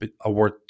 award